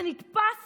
זה נתפס